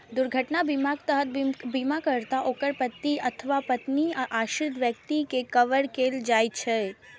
दुर्घटना बीमाक तहत बीमाकर्ता, ओकर पति अथवा पत्नी आ आश्रित व्यक्ति कें कवर कैल जाइ छै